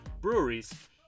breweries